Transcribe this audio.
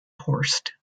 horst